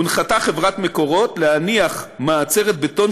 הונחתה חברת מקורות להניח מאצרת בטון